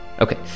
Okay